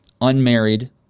Unmarried